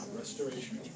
restoration